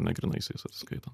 ne grynaisiais atsiskaito